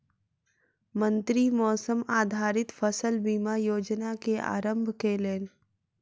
मंत्री मौसम आधारित फसल बीमा योजना के आरम्भ केलैन